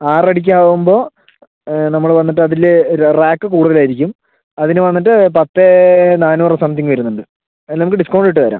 ആറ് അടിക്ക് ആകുമ്പോൾ നമ്മള് വന്നിട്ട് അതില് റാക്ക് കൂടുതൽ ആയിരിക്കും അതിന് വന്നിട്ട് പത്തേ നാനൂറ് സംതിംഗ് വരുന്നുണ്ട് അതില് നമുക്ക് ഡിസ്കൗണ്ട് ഇട്ട് തരാം